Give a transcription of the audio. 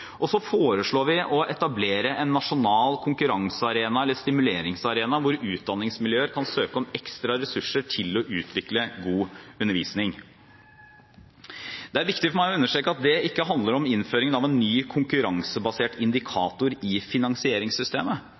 og så foreslår vi å etablere en nasjonal konkurransearena eller stimuleringsarena hvor utdanningsmiljøer kan søke om ekstra ressurser til å utvikle god undervisning. Det er viktig for meg å understreke at det ikke handler om innføringen av en ny konkurransebasert indikator i finansieringssystemet,